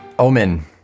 Omen